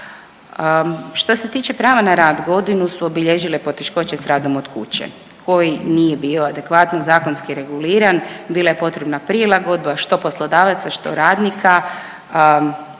Što se tiče prava na rad godinu su obilježile poteškoće sa radom od kuće koji nije bio adekvatno zakonski reguliran. Bila je potrebna prilagodba što poslodavaca, a što radnika.